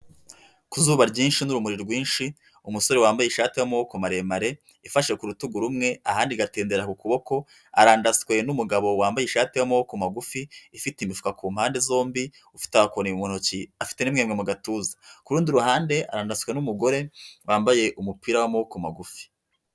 Ku zuba ryinshi n'urumuri rwinshi, umusore wambaye ishati y'amaboko maremare ifashe ku rutugu rumwe ahandi igatemdera ku kuboko, arandaswee n'umugabo wambaye ishati y'amaboko magufi ifite imifuka ku mpande zombi, ufite agakoni mu ntoki, afite n'imwemwe mu gatuza, ku rundi ruhande arandaswe n'umugore wambaye umupira w'amaboko magufi.